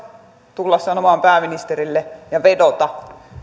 tulla sanomaan pääministerille ja vedota